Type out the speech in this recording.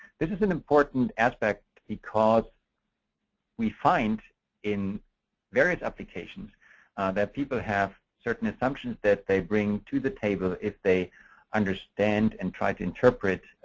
this is an important aspect because we find in various applications that people have certain assumptions that they bring to the table if they understand, and try to interpret,